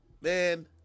man